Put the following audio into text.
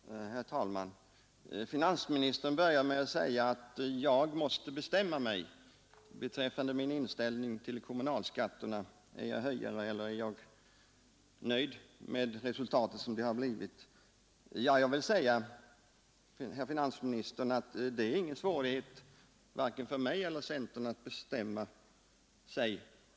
Herr talman! Finansministern började med att säga att jag måste bestämma mig för om jag vill höja kommunalskatterna eller om jag var nöjd med resultatet av Strängs skatteutspel. Varken centern eller jag har några svårigheter när det gäller att bestämma sig.